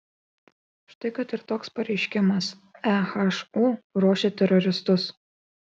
štai kad ir toks pareiškimas ehu ruošia teroristus